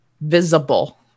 visible